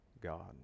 God